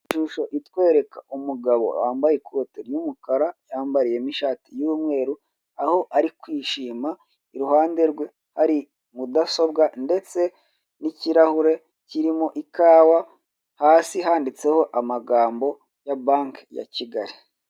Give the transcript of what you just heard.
Ishusho itwereka umugabo wambaye ikote ry'umukara, yambaye n'ishati y'umweru, aho ari kwishima, iruhande rwe hari mudasobwa ndetse n'ikirahure kirimo ikawa, hasi handitseho amagambo ya Banki ya Kigali.